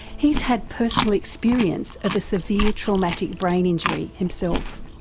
he's had personal experience of a severe traumatic brain injury himself.